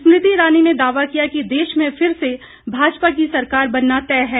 स्मृति ईरानी ने दावा किया कि देश में फिर से भाजपा की सरकार बनना तय है